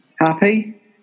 Happy